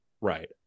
Right